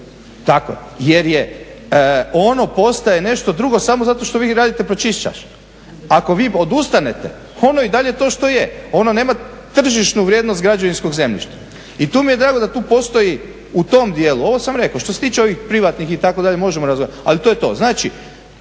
tako je. Jer je, ono postaje nešto drugo samo zato što vi radite …/Govornik se ne razumije./… Ako vi odustanete ono i je i dalje to što je, ono nema tržišnu vrijednost građevinskog zemljišta. I tu mi je drago da tu postoji u tom dijelu, ovo sam rekao, što se tiče ovih privatnih itd. možemo razgovarati ali to je to. Znači